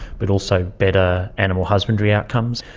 but also better animal husbandry outcomes.